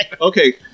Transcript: Okay